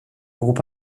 groupe